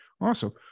awesome